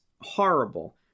horrible